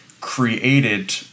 created